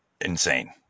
insane